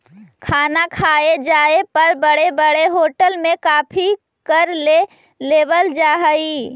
खाना खाए जाए पर बड़े बड़े होटल में काफी कर ले लेवल जा हइ